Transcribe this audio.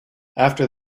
after